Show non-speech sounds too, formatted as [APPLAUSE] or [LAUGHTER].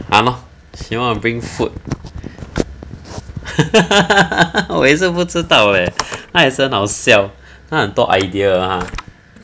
!hannor! she want to bring fruit [LAUGHS] 我也是不知道 leh 他也是很好笑他很多 idea !huh!